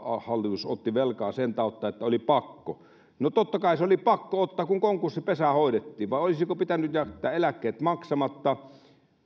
hallitus ei ottanut velkaa sen tautta että oli pakko no totta kai se oli pakko ottaa kun konkurssipesää hoidettiin vai olisiko pitänyt jättää eläkkeet maksamatta